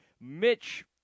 Mitch